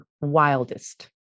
wildest